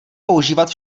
používat